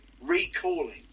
recalling